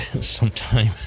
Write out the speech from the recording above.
sometime